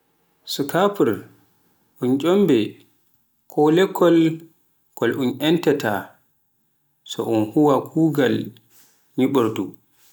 sukafur un onembe ko lekkon kol un entataa so un huuwa kugal nyibordu.